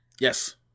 Yes